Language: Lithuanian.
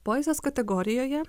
poezijos kategorijoje